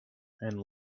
and